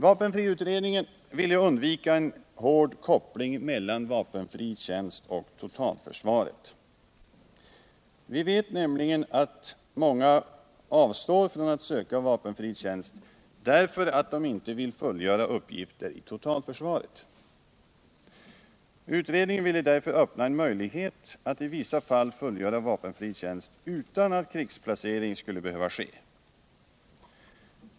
Vapenfriutredningen ville undvika en hård koppling mellan vapenfri tjänst och totalförsvaret. Vi vet nämligen att många avstår från att söka vapenfri tjänst, därför att de inte vill fullgöra uppgifter i totalförsvaret. Utredningen ville därför öppna en möjlighet till vapenfri tjänst i vissa fall utan att krigsplacering skulle behöva ske.